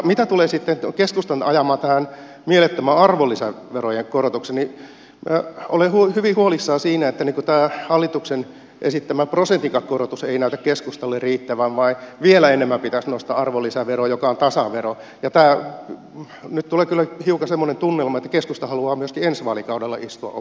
mitä tulee sitten keskustan ajamaan mielettömään arvonlisäverojen korotukseen olen hyvin huolissani siitä että tämä hallituksen esittämä prosentinkaan korotus ei näytä keskustalle riittävän vaan vielä enemmän pitäisi nostaa arvonlisäveroa joka on tasavero ja nyt tulee kyllä hiukan semmoinen tunnelma että keskusta haluaa myöskin ensi vaalikaudella istua oppositiossa